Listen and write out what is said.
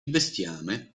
bestiame